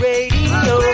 Radio